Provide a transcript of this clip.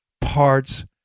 parts